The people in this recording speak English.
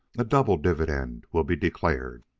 a double dividend will be declared.